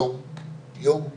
היום אנחנו